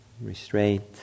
Restraint